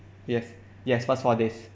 yes yes first four days